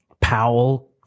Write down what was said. Powell